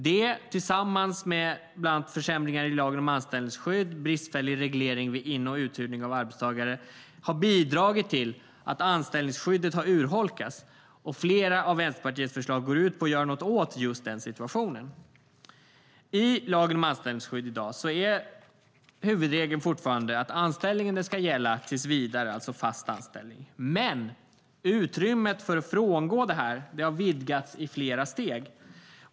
Det tillsammans med bland annat försämringar i lagen om anställningsskydd och bristfällig reglering av in och uthyrning av arbetstagare har bidragit till att anställningsskyddet har urholkats. Flera av Vänsterpartiets förslag går ut på att göra något åt just den situationen. I lagen om anställningsskydd är i dag huvudregeln fortfarande att anställningen ska gälla tillsvidare, alltså fast anställning. Men utrymmet för att frångå detta har vidgats i flera steg.